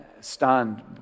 stunned